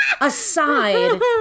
aside